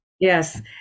Yes